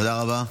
תודה רבה.